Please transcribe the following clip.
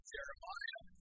Jeremiah